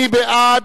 מי בעד?